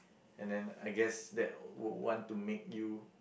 and then I guess that what want to make you